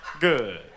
Good